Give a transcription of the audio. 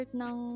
ng